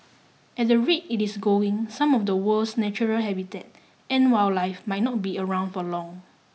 at the rate it is going some of the world's natural habitat and wildlife might not be around for long